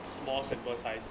small sample size